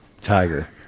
Tiger